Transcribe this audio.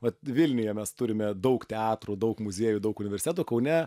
vat vilniuje mes turime daug teatrų daug muziejų daug universitetų kaune